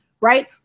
Right